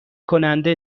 کننده